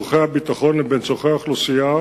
באייר תשס"ט (20 במאי